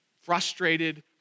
frustrated